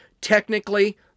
technically